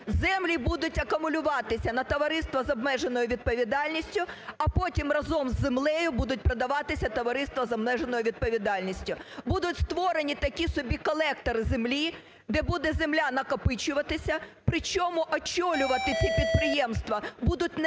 землі будуть акумулюватися на товариство з обмеженою відповідальністю, а потім разом з землею будуть продаватися товариству з обмеженою відповідальністю. Будуть створені такі собі колектори землі, де буде земля накопичуватися, причому очолювати ці підприємства будуть не